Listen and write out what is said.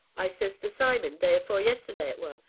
i says to simon, day afore yesterday it were,